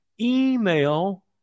email